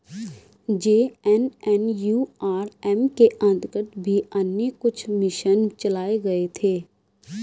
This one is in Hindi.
जे.एन.एन.यू.आर.एम के अंतर्गत भी अन्य कुछ मिशन चलाए गए थे